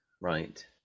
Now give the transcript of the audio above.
Right